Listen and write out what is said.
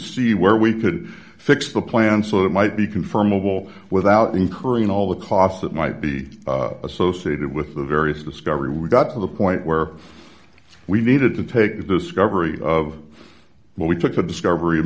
see where we could fix the plan so that might be confirmable without incurring all the costs that might be associated with the various discovery we got to the point where we needed to take this coverage of what we took the discovery